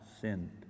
sinned